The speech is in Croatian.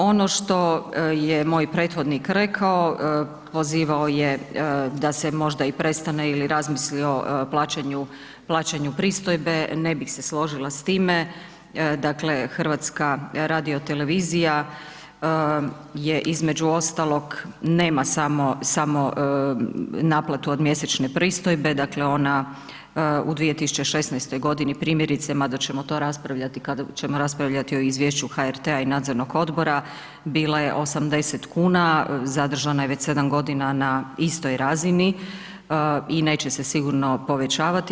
Ono što je moj prethodnik rekao, pozivao je da se možda i prestane ili razmisli o plaćanju pristojbe, ne bih se složila s time, dakle, HRT je između ostalog, nema samo naplatu od mjesečne pristojbe, dakle ona u 2016.g. primjerice, mada ćemo to raspravljati kada ćemo raspravljati o izvješću HRT-a i nadzornog odbora, bila je 80,00 kn, zadržana je već 7.g. na istoj razini i neće se sigurno povećavati.